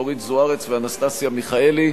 אורית זוארץ ואנסטסיה מיכאלי.